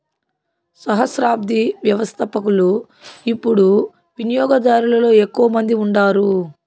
సహస్రాబ్ది వ్యవస్థపకులు యిపుడు వినియోగదారులలో ఎక్కువ మంది ఉండారు